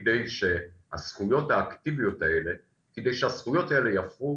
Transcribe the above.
על מנת שהזכויות האקטיביות האלה יהפכו